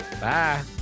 Bye